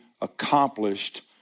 accomplished